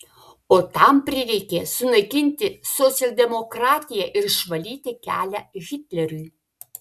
o tam prireikė sunaikinti socialdemokratiją ir išvalyti kelią hitleriui